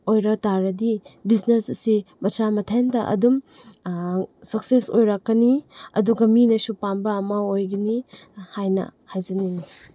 ꯑꯣꯏꯔ ꯇꯥꯔꯗꯤ ꯕꯤꯖꯤꯅꯦꯁ ꯑꯁꯤ ꯃꯁꯥ ꯃꯊꯟꯇ ꯑꯗꯨꯝ ꯁꯛꯁꯦꯁ ꯑꯣꯏꯔꯛꯀꯅꯤ ꯑꯗꯨꯒ ꯃꯤꯅꯁꯨ ꯄꯥꯝꯕ ꯑꯃ ꯑꯣꯏꯒꯅꯤ ꯍꯥꯏꯅ ꯍꯥꯏꯖꯅꯤꯡꯉꯤ